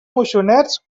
moixonets